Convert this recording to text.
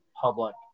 public